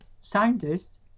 scientists